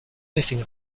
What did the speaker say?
anything